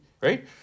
right